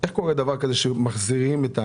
איך קורה דבר כזה שמחזירים את האנשים?